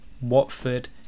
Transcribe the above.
Watford